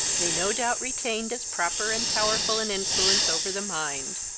they no doubt retained as proper and powerful an influence over the mind.